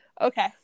Okay